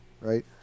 right